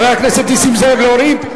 חבר הכנסת נסים זאב, להוריד?